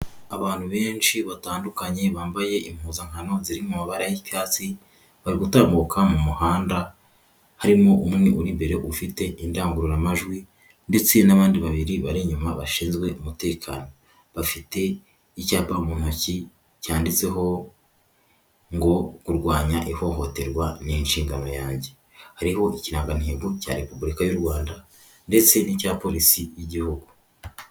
Abantu benshi batandukanye bambaye impuzankano ziri mu mabara y'icyatsi, bari gutambuka mu muhanda, harimo umwe uri imbere ufite indangururamajwi ndetse n'abandi babiri bari inyuma bashinzwe umutekano. Bafite icyapa mu ntoki cyanditseho ngo "kurwanya ihohoterwa ni inshingano yanjye." Hariho ikirangantego cya repubulika y'u Rwanda ndetse n'icya polisi y'igihugu.